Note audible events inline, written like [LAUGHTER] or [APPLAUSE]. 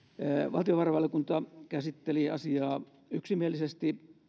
valtiovarainvaliokunta käsitteli asiaa yksimielisesti [UNINTELLIGIBLE]